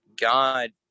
God